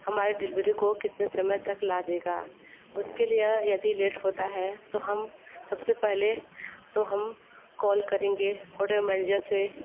हमारे डिलवरी को कितने समय तक ला देगा उसके लिए यदि लेट होता है तो हम सबसे पहले तो हम कॉल करेंगे होटल मैनेजर से